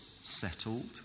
settled